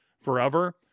forever